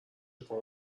پام